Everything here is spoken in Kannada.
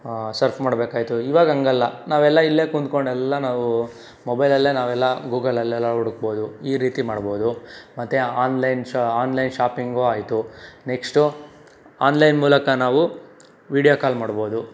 ಸರ್ಚ್ ಮಾಡ್ಬೇಕಾಗಿತ್ತು ಈವಾಗಂಗಲ್ಲ ನಾವೆಲ್ಲ ಇಲ್ಲೇ ಕೂತ್ಕೊಂಡೆಲ್ಲ ನಾವು ಮೊಬೈಲಲ್ಲೇ ನಾವೆಲ್ಲ ಗೂಗಲಲ್ಲೆಲ್ಲ ಹುಡಕ್ಬೋದು ಈ ರೀತಿ ಮಾಡ್ಬೋದು ಮತ್ತು ಆನ್ಲೈನ್ ಶಾ ಆನ್ಲೈನ್ ಶಾಪಿಂಗೂ ಆಯಿತು ನೆಕ್ಷ್ಟು ಆನ್ಲೈನ್ ಮೂಲಕ ನಾವು ವಿಡಿಯೋ ಕಾಲ್ ಮಾಡ್ಬೋದು